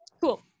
Cool